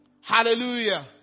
Hallelujah